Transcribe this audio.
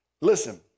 listen